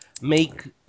make